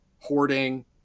hoarding